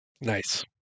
Nice